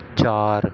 ਚਾਰ